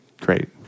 great